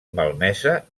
malmesa